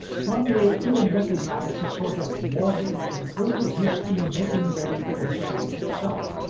one may even recognise a sort of morbid and over-hasty making-ready for death itself,